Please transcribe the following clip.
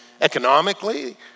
Economically